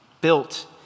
built